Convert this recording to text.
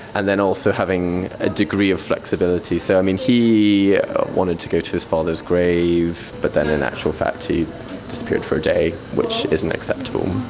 and then also having a degree of flexibility. so um he wanted to go to his father's grave but then in actual fact he disappeared for a day, which isn't acceptable,